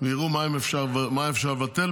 ויראו מה אפשר לבטל.